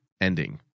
ending